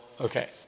Okay